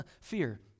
fear